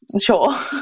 sure